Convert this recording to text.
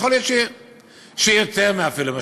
יכול להיות שאפילו יותר מ-75%.